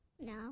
No